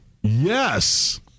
Yes